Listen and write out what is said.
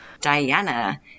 Diana